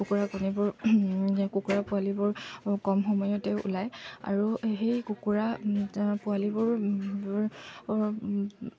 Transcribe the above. কুকুৰা কণীবোৰ কুকুৰা পোৱালিবোৰ কম সময়তে ওলায় আৰু সেই কুকুৰা পোৱালিবোৰ